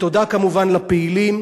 תודה כמובן לפעילים